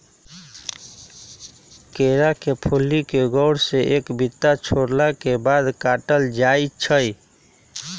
केरा के फुल्ली के घौर से एक बित्ता छोरला के बाद काटल जाइ छै